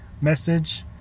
message